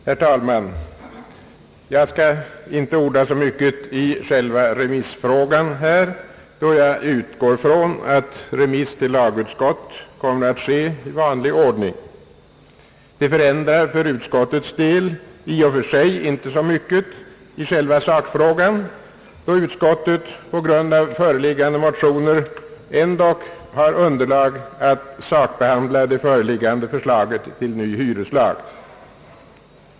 Herr talman! Jag skall inte orda så mycket i själva remissfrågan, då jag utgår ifrån att remiss till lagutskott av Kungl. Maj:ts skrivelse kommer att ske i vanlig ordning. Det förändrar för utskottets del i och för sig inte så mycket i själva sakfrågan, då utskottet på grund av föreliggande motioner ändock har underlag att sakbehandla det föreliggande förslaget till ny hyreslag.